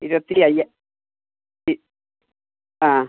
ഇതൊത്തിരി ആയി